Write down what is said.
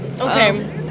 Okay